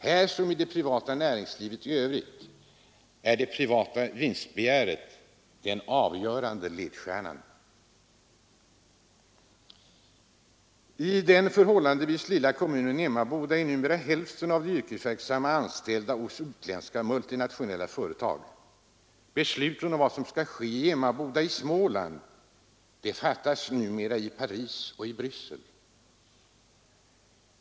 Här, som i det enskilda näringslivet i övrigt, är det privata vinstbegäret den avgörande ledstjärnan. I den förhållandevis lilla kommunen Emmaboda är numera hälften av de yrkesverksamma anställda hos utländska multinationella företag. Besluten om vad som skall ske i Emmaboda i Småland tas numera i Paris och i Bryssel.